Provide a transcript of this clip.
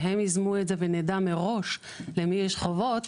שהם יזמו את זה ונדע מראש למי יש חובות,